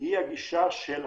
היא של הרנ"א,